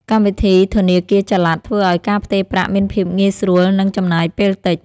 កម្មវិធីធនាគារចល័ត ធ្វើឱ្យការផ្ទេរប្រាក់មានភាពងាយស្រួល និងចំណាយពេលតិច។